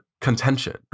contention